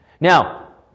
Now